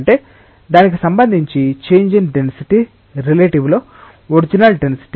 అంటే దానికి సంబంధించి చేంజ్ ఇన్ డెన్సిటీ రిలేటివ్ లో ఒరిజినల్ డెన్సిటీ